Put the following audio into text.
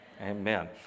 amen